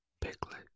Piglet